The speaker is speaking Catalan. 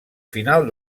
final